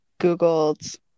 googled